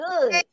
good